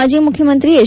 ಮಾಜಿ ಮುಖ್ಯಮಂತ್ರಿ ಎಚ್